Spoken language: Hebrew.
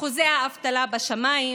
אחוזי האבטלה בשמיים,